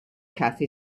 kathy